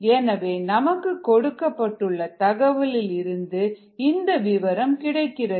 எனவே நமக்கு கொடுக்கப்பட்டுள்ள தகவலில் இருந்து இந்த விபரம் கிடைக்கிறது